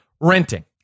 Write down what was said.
renting